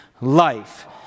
life